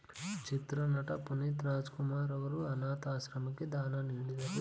ಚಿತ್ರನಟ ಪುನೀತ್ ರಾಜಕುಮಾರ್ ಅವರು ಅನಾಥಾಶ್ರಮಕ್ಕೆ ದಾನ ನೀಡಿದರು